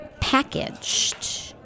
packaged